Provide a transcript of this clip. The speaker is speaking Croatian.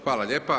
Hvala lijepa.